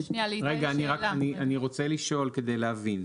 אני רוצה לשאול כדי להבין.